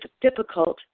difficult